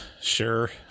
Sure